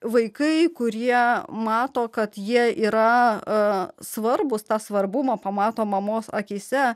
vaikai kurie mato kad jie yra svarbūs tą svarbumą pamato mamos akyse